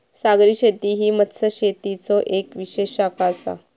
सागरी शेती ही मत्स्यशेतीचो येक विशेष शाखा आसा